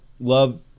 love